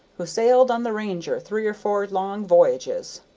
who sailed on the ranger three or four long voyages.